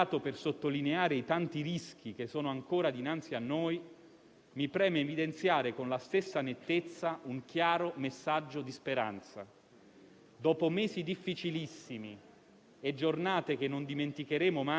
Dopo mesi difficilissimi e giornate che non dimenticheremo mai, il messaggio di fondo che voglio rivolgere al Parlamento e, attraverso di voi, a tutti gli italiani, è un messaggio di ragionata fiducia.